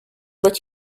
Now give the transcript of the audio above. bet